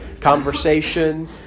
conversation